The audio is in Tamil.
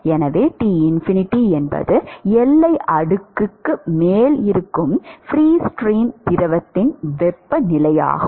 எனவே T∞ என்பது எல்லை அடுக்குக்கு மேல் இருக்கும் ஃப்ரீ ஸ்ட்ரீம் திரவத்தின் வெப்பநிலையாகும்